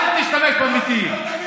אל תשמש במתים.